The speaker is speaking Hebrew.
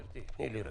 גברתי, תני לי רגע.